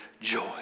joy